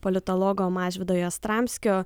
politologo mažvydo jastramskio